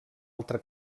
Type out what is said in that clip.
altra